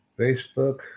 Facebook